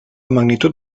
magnitud